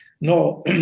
no